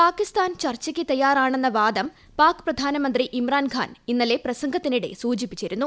പാകിസ്ഥാൻ ചർച്ചയ്ക്ക് തയ്യാറാണെന്ന വാദം പാക് പ്രധാനമന്ത്രി ഇമ്രാൻ ഖാൻ ഇന്നലെ പ്രസംഗത്തിനിടെ സൂചിപ്പിച്ചിരുന്നു